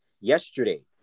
yesterday